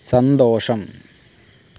സന്തോഷം